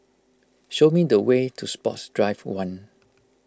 show me the way to Sports Drive one